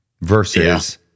versus